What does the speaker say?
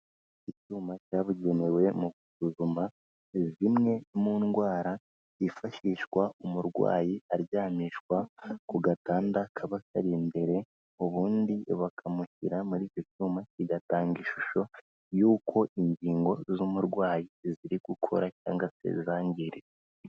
Icyuma cyabugenewe mu gusuzuma zimwe mu ndwara yifashishwa umurwayi aryamishwa ku gatanda kaba kari imbere, ubundi bakamushyira muri iki cyuma kigatanga ishusho y'uko ingingo z'umurwayi ziri gukora cyangwa se zangiritse.